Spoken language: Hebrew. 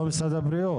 לא את משרד הבריאות.